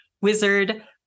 wizard